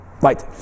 Right